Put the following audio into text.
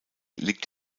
liegt